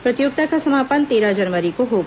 प्रतियोगिता का समापन तेरह जनवरी को होगा